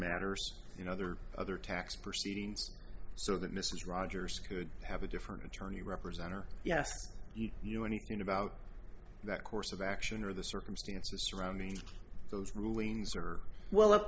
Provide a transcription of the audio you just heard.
matters you know there are other tax proceedings so that mrs rogers could have a different attorney representing her yes he knew anything about that course of action or the circumstances surrounding those rulings are well